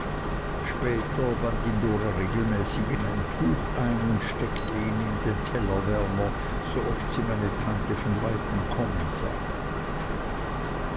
dora regelmäßig in ein tuch ein und steckte ihn in den tellerwärmer so oft sie meine tante von weitem kommen sah